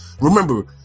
Remember